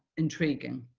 intriguing.